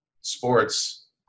sports